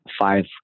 five